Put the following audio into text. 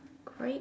grea~